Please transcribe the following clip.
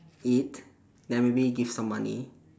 eat then maybe give some money